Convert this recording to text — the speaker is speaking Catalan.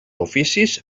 oficis